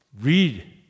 Read